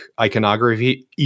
iconography